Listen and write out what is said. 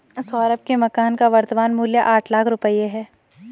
सौरभ के मकान का वर्तमान मूल्य आठ लाख रुपये है